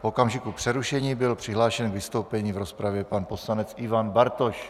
V okamžiku přerušení byl přihlášen k vystoupení v rozpravě pan poslanec Ivan Bartoš.